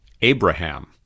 Abraham